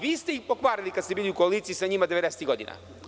Vi ste ih pokvarili kada ste bili u koaliciji sa njima 90-tih godina.